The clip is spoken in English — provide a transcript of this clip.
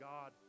God